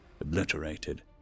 obliterated